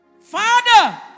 Father